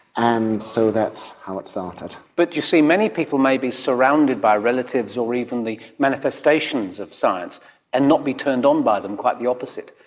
um so that's how it started. but you see, many people may be surrounded by relatives or even the manifestations of science and not be turned on by them, quite the opposite.